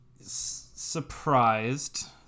surprised